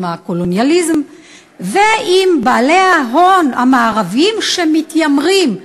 עם הקולוניאליזם ועם בעלי ההון המערביים שמתיימרים,